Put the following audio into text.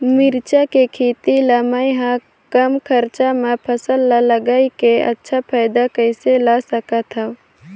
मिरचा के खेती ला मै ह कम खरचा मा फसल ला लगई के अच्छा फायदा कइसे ला सकथव?